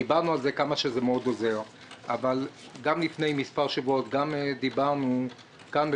דיברנו כמה זה עוזר אבל גם לפני מספר שבועות דיברנו כאן,